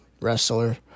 wrestler